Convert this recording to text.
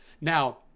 Now